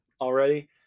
already